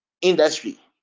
industry